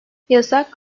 yasak